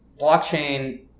blockchain